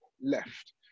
left